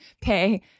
pay